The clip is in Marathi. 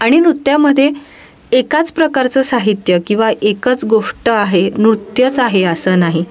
आणि नृत्यामध्ये एकाच प्रकारचं साहित्य किंवा एकच गोष्ट आहे नृत्यच आहे असं नाही